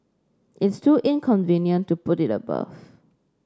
it's too inconvenient to put it above